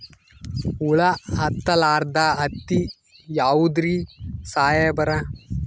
ಹುಳ ಹತ್ತಲಾರ್ದ ಹತ್ತಿ ಯಾವುದ್ರಿ ಸಾಹೇಬರ?